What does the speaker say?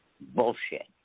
Bullshit